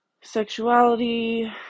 sexuality